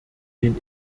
den